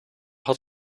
had